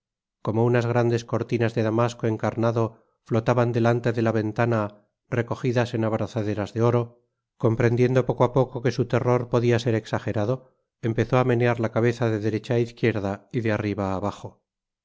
como unas grandes cortinas de damasco encarnado flotaban delante de la ventana recogidas en abrazaderas de oro comprendiendo poco á poco que su terror podia ser ecsagerado empezó á menear la cabeza de derecha á izquierda y de arriba abajo